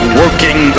working